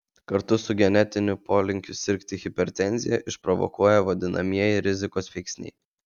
kartu su genetiniu polinkiu sirgti hipertenziją išprovokuoja vadinamieji rizikos veiksniai